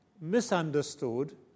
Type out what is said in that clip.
misunderstood